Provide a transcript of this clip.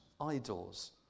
idols